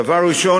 דבר ראשון,